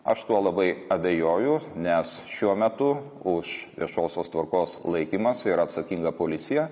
aš tuo labai abejoju nes šiuo metu už viešosios tvarkos laikymąsi yra atsakinga policija